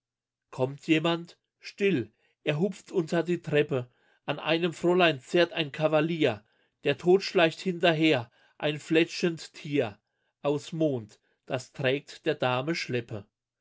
kommt jemand still er hupft unter die treppe an einem fräulein zerrt ein kavalier der tod schleicht hinterher ein fletschend tier aus mond das trägt der dame schleppe